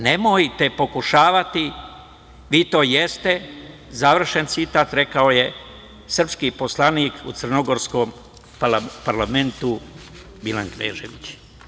Nemojte pokušavati, vi to jeste" završen citat, rekao je srpski poslanik u crnogorskom parlamentu, Milan Knežević.